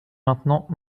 maintenant